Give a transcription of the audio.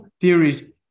theories